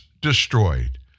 destroyed